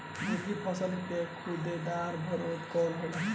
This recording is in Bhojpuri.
मूँगफली के गुछेदार प्रभेद कौन होला?